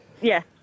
Yes